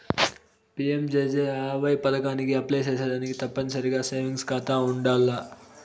PMJJAY పదకానికి apply సేసేదానికి తప్పనిసరిగా సేవింగ్స్ కాతా ఉండాల్ల